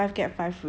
actually